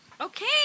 Okay